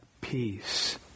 peace